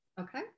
Okay